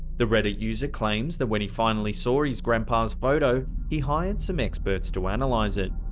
the reddit user claims that when he finally saw his grandpa's photo, he hired some experts to analyze it.